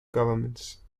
governments